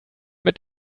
mit